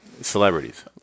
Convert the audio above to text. celebrities